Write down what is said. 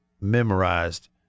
memorized